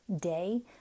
day